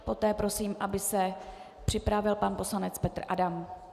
Poté prosím, aby se připravil pan poslanec Petr Adam.